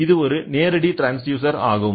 இது ஒரு நேரடி ட்ரான்ஸ்டியூசர் ஆகும்